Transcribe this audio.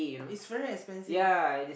is very expensive